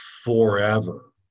forever